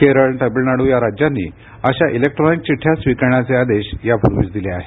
केरळ तमिळनाडु या राज्यांनी अशा इलेक्ट्रॉनिक चिड्या स्विकारण्याचे आदेश यापूर्वीच दिले आहेत